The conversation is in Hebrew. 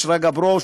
שרגא ברוש,